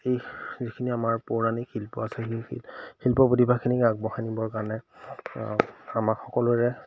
এই যিখিনি আমাৰ পৌৰাণিক শিল্প আছে সেই শিল্প শিল্প প্ৰতিভাখিনিক আগবঢ়াই নিবৰ কাৰণে আমাক সকলোৰে